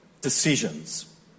decisions